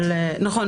נכון.